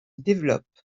développe